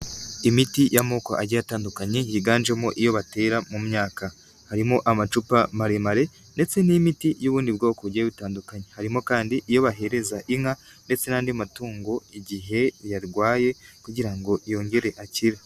Imiti y'amoko agiye atandukanye yiganjemo iyo batera mu myaka, harimo amacupa maremare ndetse n'imiti y'ubundi bwoko bugiye bitandukanye, harimo kandi iyo bahereza inka ndetse n'andi matungo igihe yarwaye kugira ngo yongere akire.